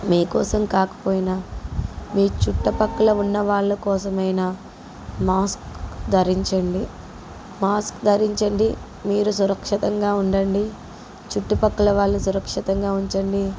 మీకోసం కాకపోయినా మీ చుట్టపక్కల ఉన్న వాళ్ళకోసమైనా మాస్క్ ధరించండి మాస్క్ ధరించండి మీరు సురక్షితంగా ఉండండి చుట్టుపక్కల వాళ్ళు సురక్షితంగా ఉంచండి